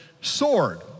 sword